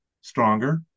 stronger